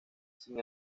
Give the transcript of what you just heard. sin